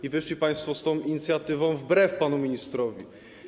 Czy wyszli państwo z tą inicjatywą wbrew panu ministrowi?